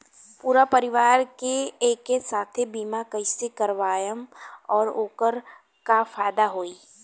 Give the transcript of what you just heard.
पूरा परिवार के एके साथे बीमा कईसे करवाएम और ओकर का फायदा होई?